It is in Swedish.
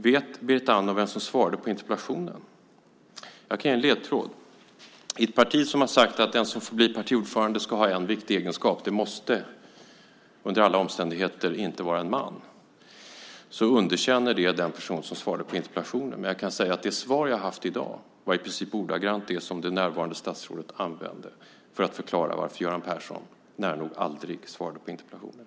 Vet Berit Andnor vem som svarade på interpellationen? Jag kan ge en ledtråd. I ett parti där man sagt att den som blir partiordförande ska ha en viktig egenskap, och det behöver under alla omständigheter inte vara en man, där underkänner man den person som svarade på interpellationen. Jag kan dock säga att det svar jag gett i dag var i princip ordagrant det som det närvarande statsrådet använde för att förklara varför Göran Persson nära nog aldrig svarade på interpellationer.